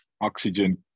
oxygen